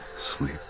sleep